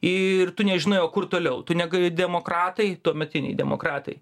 ir tu nežinai o kur toliau tu negali demokratai tuometiniai demokratai